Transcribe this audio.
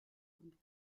und